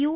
you